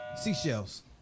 Seashells